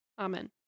Amen